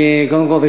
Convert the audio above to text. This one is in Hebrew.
קודם כול,